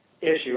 issue